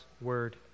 word